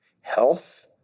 health